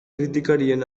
kritikarien